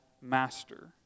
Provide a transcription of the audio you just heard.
master